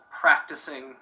practicing